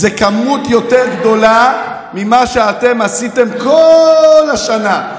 זה כמות יותר גדולה ממה שאתם עשיתם כל השנה.